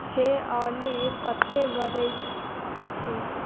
हे ऑली कतेक बजैत छै